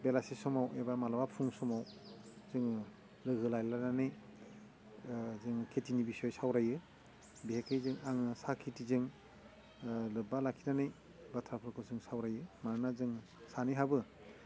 बेलासे समाव एबा मालाबा फुं समाव जोङो लोगो लालायनानै जों खेथिनि बिसय सावरायो बेहेखे जों आं साहा खेथिजों लोब्बा लाखिनानै बाथ्राफोरखौ जों सावरायो मानोना जों सानैहाबो